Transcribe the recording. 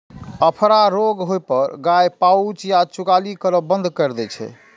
अफरा रोग होइ पर गाय पाउज या जुगाली करब बंद कैर दै छै